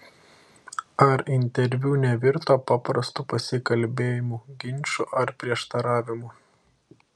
ar interviu nevirto paprastu pasikalbėjimu ginču ar prieštaravimu